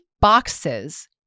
boxes